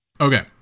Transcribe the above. Okay